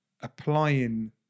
applying